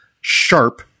sharp